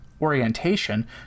orientation